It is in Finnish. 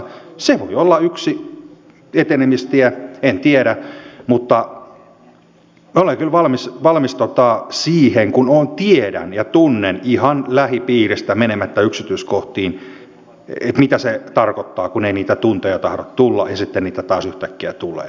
se voi olla yksi etenemistie en tiedä mutta olen kyllä valmis siihen kun tiedän ja tunnen ihan lähipiiristä menemättä yksityiskohtiin mitä se tarkoittaa kun ei niitä tunteja tahdo tulla ja sitten niitä taas yhtäkkiä tulee